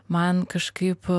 man kažkaip